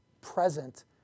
present